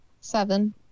seven